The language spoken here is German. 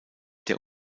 der